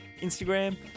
Instagram